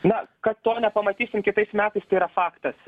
na kad to nepamatysim kitais metais tai yra faktas